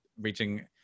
reaching